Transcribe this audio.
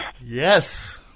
yes